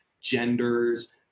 genders